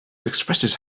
expresses